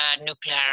nuclear